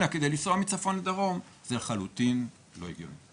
על מנת לנסוע מכיוון צפון לדרום זה לחלוטין לא הגיוני.